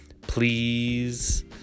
please